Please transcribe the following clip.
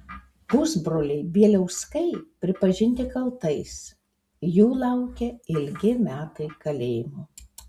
pusbroliai bieliauskai pripažinti kaltais jų laukia ilgi metai kalėjimo